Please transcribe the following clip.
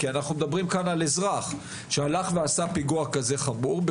כי אנחנו מדברים כאן על אזרח שהלך ועשה פיגוע כזה חמור,